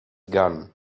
gun